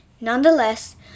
nonetheless